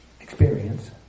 experience